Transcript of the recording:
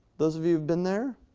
those of you who've been there,